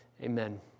Amen